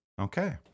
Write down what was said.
Okay